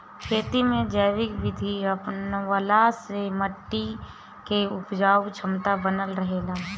खेती में जैविक विधि अपनवला से माटी के उपजाऊ क्षमता बनल रहेला